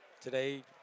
today